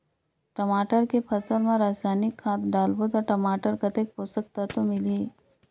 टमाटर के फसल मा रसायनिक खाद डालबो ता टमाटर कतेक पोषक तत्व मिलही?